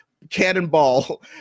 Cannonball